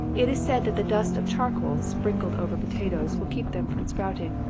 it is said that the dust of charcoal, sprinkled over potatoes, will keep them from sprouting.